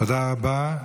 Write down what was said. תודה רבה.